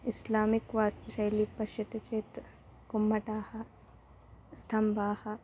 Islamic वास्तुशैलीं पश्यति चेत् गोम्मटाः स्तम्भाः